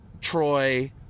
troy